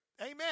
Amen